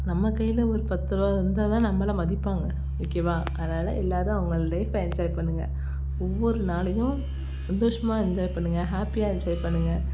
நம்ம கையில் ஒரு பத்து ரூபா இருந்தால் தான் நம்மளை மதிப்பாங்க ஓகேவா அதனால எல்லோரும் அவங்களோட லைஃபை என்ஜாய் பண்ணுங்கள் ஒவ்வொரு நாளையும் சந்தோஷமாக என்ஜாய் பண்ணுங்கள் ஹேப்பியாக என்ஜாய் பண்ணுங்கள்